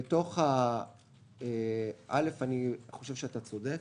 אני חושב שאתה צודק.